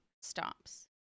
stops